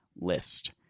list